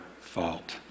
fault